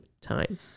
time